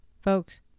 folks